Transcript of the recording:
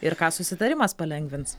ir ką susitarimas palengvins